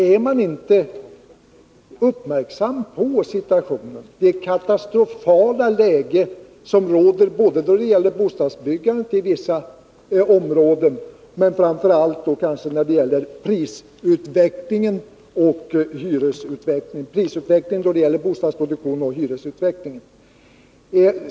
Är inte regeringen uppmärksam på situationen, på det katastrofala läge som råder då det gäller bostadsbyggandet i vissa områden men kanske framför allt i fråga om prisutvecklingen inom bostadsproduktionen och hyresutvecklingen?